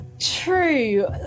True